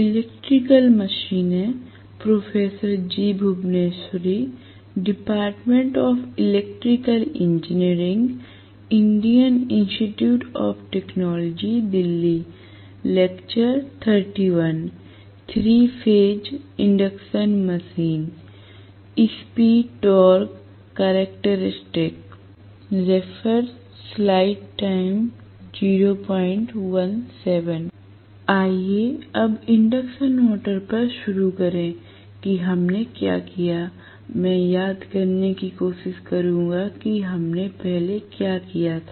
आइए अब induction motors पर शुरू करें कि हमने क्या किया मैं याद करने की कोशिश करूंगा कि हमने पहले क्या किया था